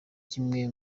kimwe